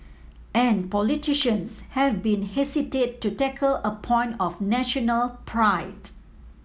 and politicians have been hesitant to tackle a point of national pride